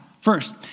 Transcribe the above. first